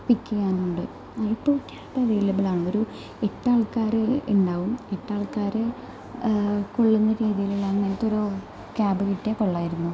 പിക്ക് ചെയ്യാനുണ്ട് അ ഇപ്പോൾ ഇപ്പം അവൈലബിൾ ആണോ ഒരു എട്ട് ആൾക്കാർ ഉണ്ടാവും എട്ട് ആൾക്കാരെ കൊള്ളുന്ന രീതിയിലുള്ള അങ്ങനത്തെ ഒരു ക്യാബ് കിട്ടിയാൽ കൊള്ളാമായിരുന്നു